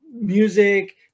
music